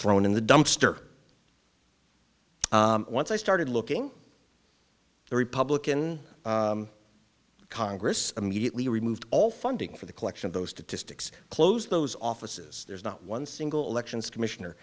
thrown in the dumpster once i started looking the republican congress immediately removed all funding for the collection of those statistics close those offices there's not one single elections commission